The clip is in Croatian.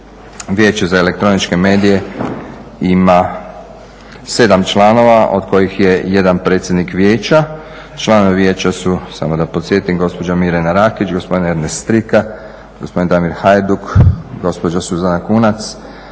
Vijeće za elektroničke medije ima 7 članova od kojih je jedan predsjednik vijeća. Članovi vijeća su samo da podsjetim gospođa Mirjana Rakić, gospodin Ernest Strika, gospodin Damir Hajduk, gospođa Suzana Kunac,